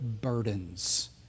burdens